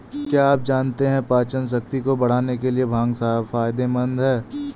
क्या आप जानते है पाचनशक्ति को बढ़ाने के लिए भांग फायदेमंद है?